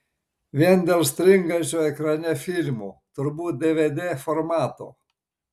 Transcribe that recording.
vien dėl stringančio ekrane filmo turbūt dvd formato